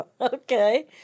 Okay